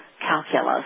calculus